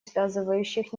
связывающих